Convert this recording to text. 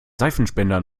seifenspender